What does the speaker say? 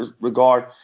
regard